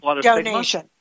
Donation